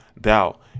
doubt